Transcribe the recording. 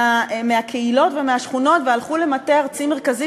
מהקהילות והשכונות והלכו למטה ארצי מרכזי,